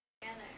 together